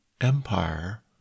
Empire